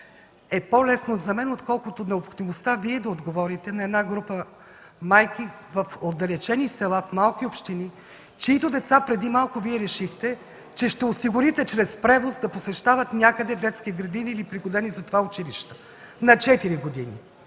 е по-лесно за мен, отколкото необходимостта Вие да отговорите на група майки в отдалечени села, в малки общини, чиито деца преди малко Вие решихте, че ще осигурите чрез превоз да посещават някъде детски градини или пригодени за това училища – на четири години.